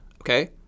okay